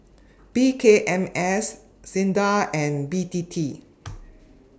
P K M S SINDA and B T T